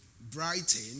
Brighton